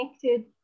connected